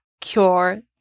cure